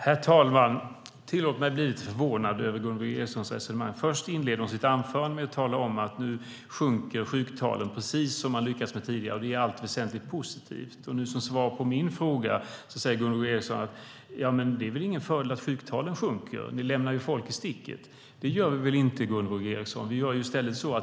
Herr talman! Jag blir lite förvånad över Gunvor G Ericsons resonemang. Hon inleder sitt anförande med att tala om att sjuktalen sjunker precis som tidigare. Det är i allt väsentligt positivt. Som svar på min fråga säger Gunvor G Ericson: Det är väl ingen fördel att sjuktalen sjunker. Ni lämnar ju folk i sticket. Det gör vi väl inte.